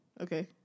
Okay